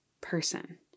person